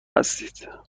هستند